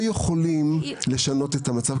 אנחנו לא יכולים לשנות את המצב,